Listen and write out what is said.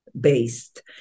based